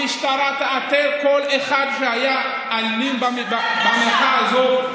המשטרה תאתר כל אחד שהיה אלים במחאה הזאת,